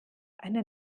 eine